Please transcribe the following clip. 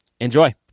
Enjoy